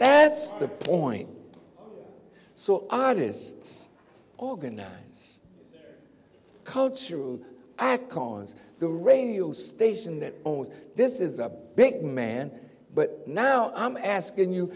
that's the point so artists orgon cultural act on the radio station that own this is a big man but now i'm asking you